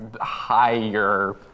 Higher